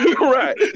right